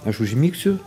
aš užmigsiu